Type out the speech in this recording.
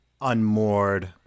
unmoored